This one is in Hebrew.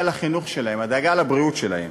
שלהם, הדאגה לחינוך שלהם, הדאגה לבריאות שלהם.